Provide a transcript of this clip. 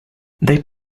they